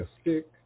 stick